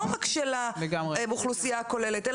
לא רק של האוכלוסייה הכוללת,